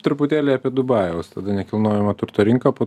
truputėlį apie dubajaus tada nekilnojamo turto rinką po